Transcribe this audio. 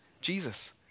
Jesus